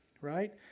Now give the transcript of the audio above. right